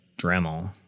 Dremel